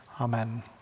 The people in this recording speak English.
amen